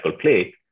play